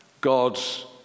God's